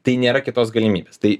tai nėra kitos galimybės tai